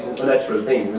a natural thing.